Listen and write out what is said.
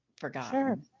forgotten